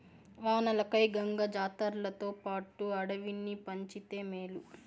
వానలకై గంగ జాతర్లతోపాటు అడవిని పంచితే మేలు